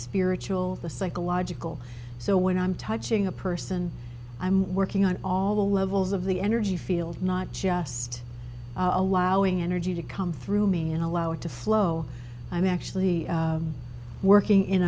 spiritual the psychological so when i'm touching a person i'm working on all the levels of the energy field not just allowing energy to come through me and allow it to flow i'm actually working in